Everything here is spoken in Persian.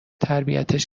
تربیتش